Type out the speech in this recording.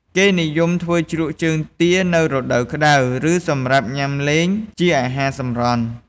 គេនិយមធ្វើជ្រក់ជើងទានៅរដូវក្តៅ ឬសម្រាប់ញ៉ាំលេងជាអាហារសម្រន់។